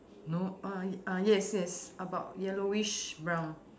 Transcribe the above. no uh uh yes yes about yellowish brown